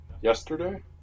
Yesterday